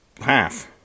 Half